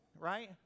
right